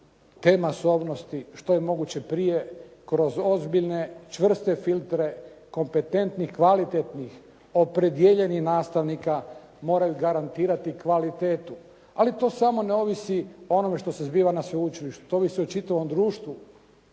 te masovnosti što je moguće prije kroz ozbiljne čvrste filtere kompetentnih kvalitetnih opredijeljenih nastavnika moraju garantirati kvalitetu. Ali to samo ne ovisi o onome što se zbiva na sveučilišta, to ovisi o čitavom društvu,